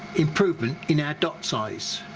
improvement in our dot size,